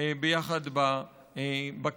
ביחד בכיתה.